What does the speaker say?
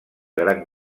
gran